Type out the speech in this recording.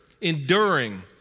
enduring